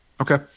Okay